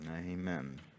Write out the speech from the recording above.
amen